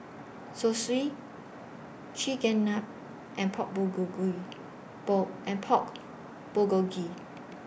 Zosui and Pork Bulgogi Ball and Pork Bulgogi